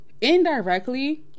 indirectly